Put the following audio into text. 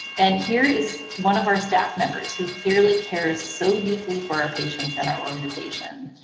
and here is one of our staff members who clearly cares so deeply for our patients and our organization,